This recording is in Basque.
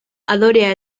adorea